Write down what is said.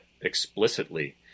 explicitly